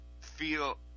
feel